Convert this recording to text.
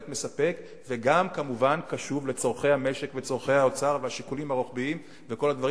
וגם כמובן קשוב לצורכי המשק וצורכי האוצר והשיקולים הרוחביים וכל הדברים